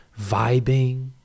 vibing